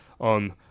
on